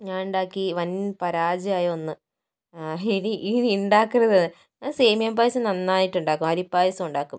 ഞാൻ ഉണ്ടാക്കി വൻ പരാജയമായ ഒന്ന് ഇനി ഇനി ഉണ്ടാക്കരുത് സേമിയ പായസം നന്നായിട്ട് ഉണ്ടാക്കും അരി പായസം ഉണ്ടാക്കും